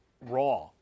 raw